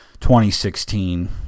2016